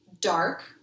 Dark